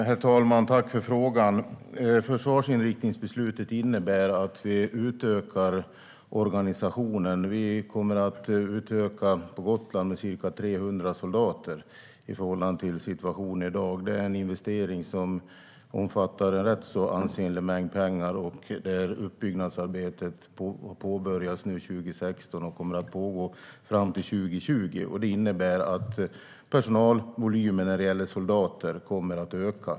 Herr talman! Jag tackar för frågan. Försvarsinriktningsbeslutet innebär att vi utökar organisationen. Vi kommer att utöka med ca 300 soldater på Gotland i förhållande till situationen i dag. Det är en investering som omfattar en rätt ansenlig mängd pengar. Utbyggnadsarbetet påbörjas nu under 2016 och kommer att pågå fram till 2020, och det innebär att personalvolymen när det gäller soldater kommer att öka.